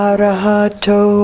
Arahato